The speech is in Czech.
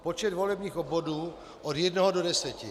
Počet volebních obvodů od jednoho do deseti.